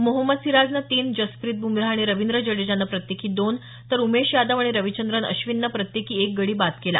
मोहम्मद सिराजने तीन जसप्रित ब्मराह आणि रविंद्र जडेजानं प्रत्येकी दोन तर उमेश यादव आणि रविचंद्रन अश्विननं प्रत्येकी एक गडी बाद केला